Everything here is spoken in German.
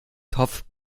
topf